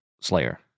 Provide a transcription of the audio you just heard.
Slayer